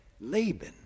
Laban